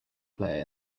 player